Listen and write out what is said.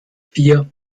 vier